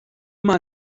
mal